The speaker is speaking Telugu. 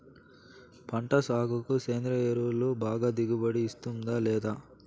పంట సాగుకు సేంద్రియ ఎరువు బాగా దిగుబడి ఇస్తుందా లేదా